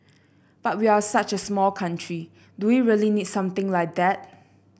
but we're such a small country do we really need something like that